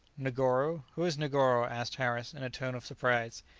negoro? who is negoro? asked harris, in a tone of surprise.